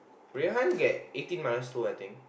Rui-Han get eighteen minus two I think